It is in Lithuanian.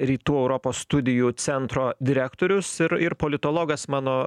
rytų europos studijų centro direktorius ir ir politologas mano